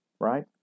right